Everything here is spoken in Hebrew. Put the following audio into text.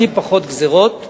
הכי פחות גזירות,